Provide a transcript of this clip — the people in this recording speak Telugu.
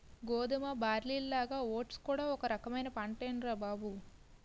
గోధుమ, బార్లీలాగా ఓట్స్ కూడా ఒక రకమైన పంటేనురా బాబూ